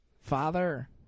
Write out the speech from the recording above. Father